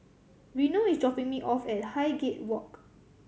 Reno is dropping me off at Highgate Walk